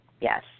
yes